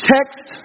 Text